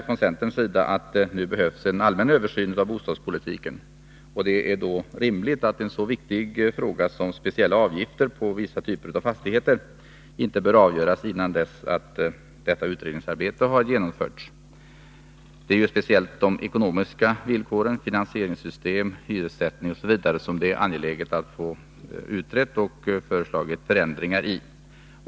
Från centerns sida menar vi att det nu behövs en allmän översyn av bostadspolitiken, och det är då rimligt att en så viktig fråga som speciella avgifter på vissa typer av fastigheter inte bör avgöras innan ett sådant utredningsarbete har genomförts. Speciellt när det gäller ekonomiska villkor, finansieringssystem, hyressättning osv. är det angeläget att få en utredning och förslag till förändringar.